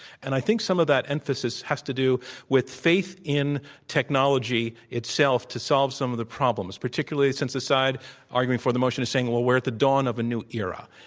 and i think some of that emphasis has to do with faith in technology itself to solve some of the problems. particularly since the side arguing for the motion is saying, well, we're at the dawn of a new era,